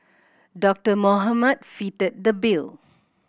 Doctor Mohamed fitted the bill